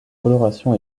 coloration